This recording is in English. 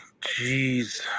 jeez